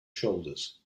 shoulders